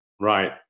Right